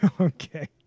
Okay